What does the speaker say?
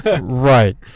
Right